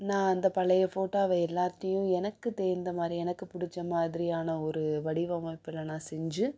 நான் அந்த பழைய ஃபோட்டாவை எல்லாத்தையும் எனக்கு தெரிந்த மாதிரி எனக்கு பிடிச்ச மாதிரியான ஒரு வடிவமைப்பில் நான் செஞ்சு